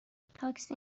تاکسی